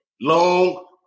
long